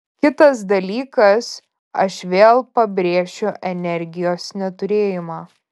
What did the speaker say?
kitas dalykas aš vėl pabrėšiu energijos neturėjimą